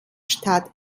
stadt